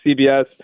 CBS –